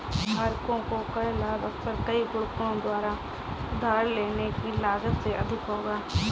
धारकों को कर लाभ अक्सर कई गुणकों द्वारा उधार लेने की लागत से अधिक होगा